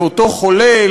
לאותו חולה,